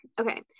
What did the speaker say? okay